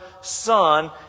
Son